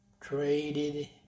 traded